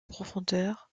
profondeur